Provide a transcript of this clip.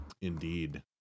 Indeed